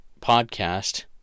podcast